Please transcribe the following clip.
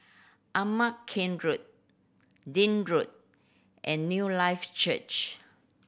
Ama Keng Road Road and Newlife Church